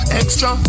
extra